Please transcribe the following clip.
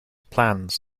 plans